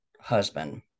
husband